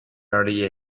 early